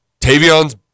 Tavion's